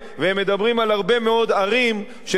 והם מדברים על הרבה מאוד ערים שנמצאות